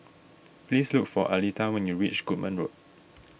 please look for Aleta when you reach Goodman Road